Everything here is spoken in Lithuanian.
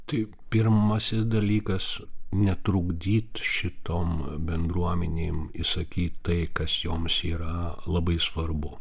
taip pirmasis dalykas netrukdyt šitom bendruomenėm išsakyt tai kas joms yra labai svarbu